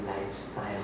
lifestyle